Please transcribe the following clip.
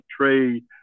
trade